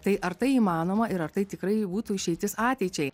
tai ar tai įmanoma ir ar tai tikrai būtų išeitis ateičiai